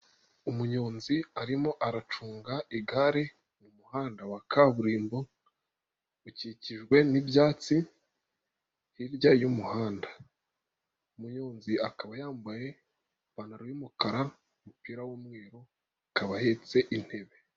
Umunyonzi arimo aracunga igare mu muhanda wa kaburimbo, ukikijwe n'ibyatsi, hirya y'umuhanda, umuyonzi akaba yambaye ipantaro y'umukara, umupira w'umweru, kaba ahetse intebe.